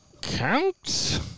Count